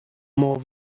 more